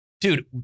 dude